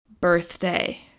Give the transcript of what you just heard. birthday